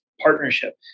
partnership